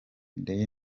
daily